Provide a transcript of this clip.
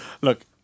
Look